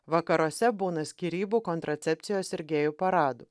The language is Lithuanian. vakaruose būna skyrybų kontracepcijos ir gėjų paradų